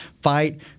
Fight